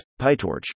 PyTorch